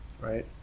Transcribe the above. right